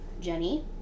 Jenny